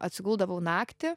atsiguldavau naktį